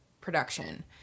production